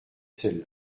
celle